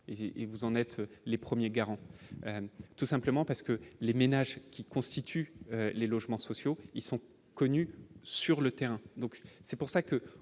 et vous en êtes les premiers garants, tout simplement parce que. Les ménages qui constituent les logements sociaux, ils sont connus sur le terrain,